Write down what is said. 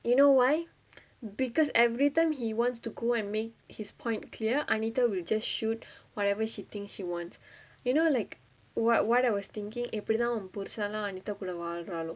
you know why because every time he wants to go and make his point clear anita will just shoot whatever she thinks she wants you know like what what I was thinking எப்டிதா அவ புருஷ:epdithaa ava purusha lah anitha கூட வாழ்றாலோ:kooda vaalraalo